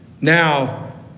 Now